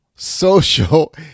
Social